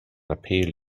appeal